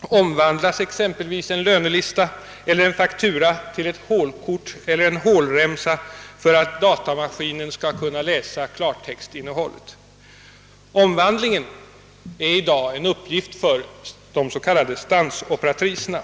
omvandlas exempelvis en lönelista eller en faktura till ett hålkort eller en hålremsa för att datamaskinen skall kunna läsa klartextinnehållet. Omvandlingen är nu en uppgift för de s.k. stansoperatriserna.